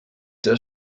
der